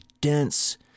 dense